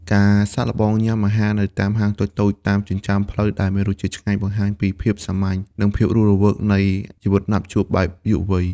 ការសាកល្បងញ៉ាំអាហារនៅតាមហាងតូចៗតាមចិញ្ចើមផ្លូវដែលមានរសជាតិឆ្ងាញ់ បង្ហាញពីភាពសាមញ្ញ និងភាពរស់រវើកនៃជីវិតណាត់ជួបបែបយុវវ័យ។